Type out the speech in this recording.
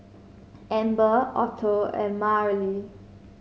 Amber Otto and Marely